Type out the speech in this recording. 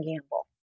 Gamble